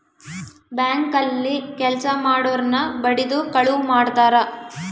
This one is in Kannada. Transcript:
ಬ್ಯಾಂಕ್ ಅಲ್ಲಿ ಕೆಲ್ಸ ಮಾಡೊರ್ನ ಬಡಿದು ಕಳುವ್ ಮಾಡ್ತಾರ